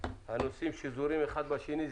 הנושאים שזורים האחד בשני.